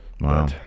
Wow